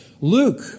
Luke